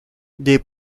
des